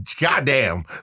Goddamn